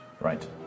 Right